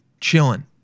Chilling